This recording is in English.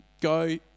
go